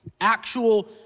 Actual